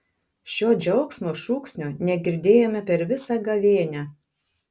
šio džiaugsmo šūksnio negirdėjome per visą gavėnią